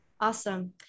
Awesome